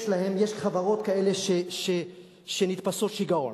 יש חברות כאלה שנתפסות לשיגעון,